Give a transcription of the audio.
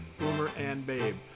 boomerandbabe